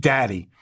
Daddy